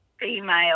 female